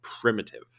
primitive